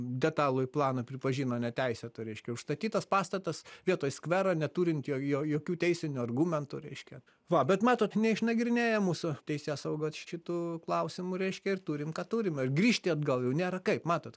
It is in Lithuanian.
detalųjį planą pripažino neteisėtu reiškia užstatytas pastatas vietoj skvero neturint jo jo jokių teisinių argumentų reiškia va bet matot neišnagrinėja mūsų teisėsaugos šitų klausimų reiškia ir turim ką turim ir grįžti atgal jau nėra kaip matot